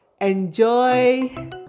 enjoy